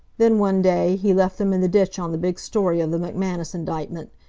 then, one day, he left them in the ditch on the big story of the mcmanus indictment,